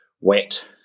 wet